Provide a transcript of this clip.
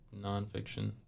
nonfiction